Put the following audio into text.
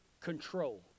control